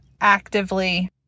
actively